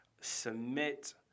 submit